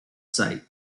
site